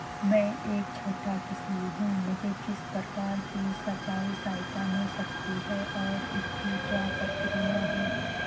मैं एक छोटा किसान हूँ मुझे किस प्रकार की सरकारी सहायता मिल सकती है और इसकी क्या प्रक्रिया है?